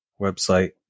website